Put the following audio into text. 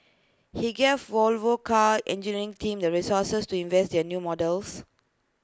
he gave Volvo car's engineering team the resources to invest in new models